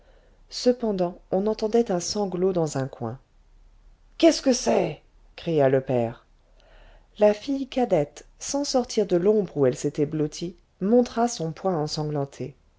cependant on entendait un sanglot dans un coin qu'est-ce que c'est cria le père la fille cadette sans sortir de l'ombre où elle s'était blottie montra son poing ensanglanté